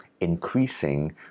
increasing